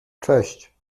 cześć